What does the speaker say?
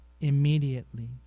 immediately